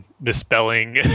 misspelling